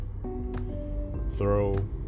Throw